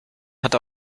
hat